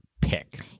pick